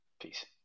Peace